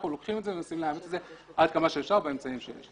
אנחנו לוקחים את זה --- עד כמה שאפשר באמצעים שיש לנו.